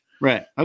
Right